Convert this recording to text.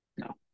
No